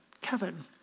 Kevin